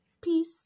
Peace